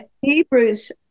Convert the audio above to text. Hebrews